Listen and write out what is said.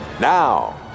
Now